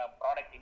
product